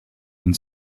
and